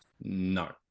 No